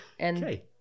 Okay